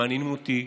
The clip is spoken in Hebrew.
שהם מעניינים אותי,